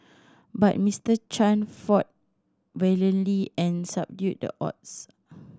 but Mister Chan fought valiantly and subdued the odds